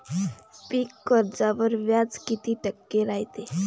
पीक कर्जावर व्याज किती टक्के रायते?